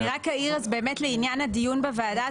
אני רק אעיר אז באמת לעניין הדיון בוועדה,